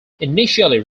initially